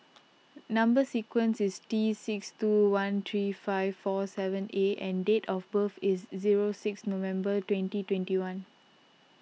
Number Sequence is T six two one three five four seven A and date of birth is zero six November twenty twenty one